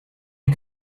you